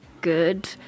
good